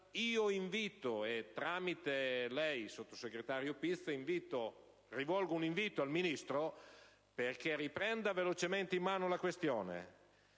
soli. Tramite lei, sottosegretario Pizza, rivolgo un invito al Ministro affinché riprenda velocemente in mano la questione,